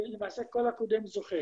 למעשה כל הקודם זוכה.